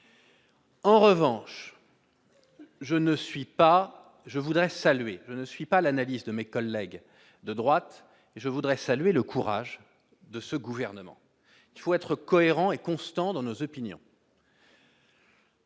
En revanche, je ne suis pas l'analyse de mes collègues de droite, et je voudrais saluer le courage de ce gouvernement. Il faut être cohérent et constant dans nos opinions.